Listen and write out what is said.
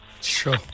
Sure